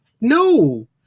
no